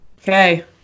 okay